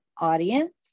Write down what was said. audience